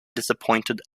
disappointed